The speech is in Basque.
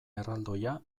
erraldoia